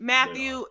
Matthew